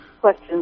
question